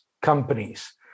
companies